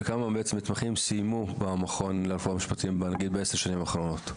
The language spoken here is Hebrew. כמה בעצם מתמחים סיימו במכון לרפואה משפטית נגיד בעשר השנים האחרונות?